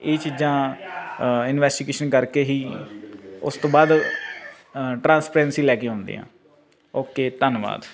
ਇਹ ਚੀਜ਼ਾਂ ਇਨਵੈਸਟੀਗੇਸ਼ਨ ਕਰਕੇ ਹੀ ਉਸ ਤੋਂ ਬਾਅਦ ਟਰਾਂਸਪਰੈਂਸੀ ਲੈ ਕੇ ਆਉਂਦੀਆ ਓਕੇ ਧੰਨਵਾਦ